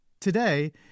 Today